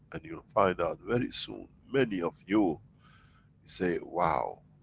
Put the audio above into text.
and you'll find out very soon, many of you say, wow,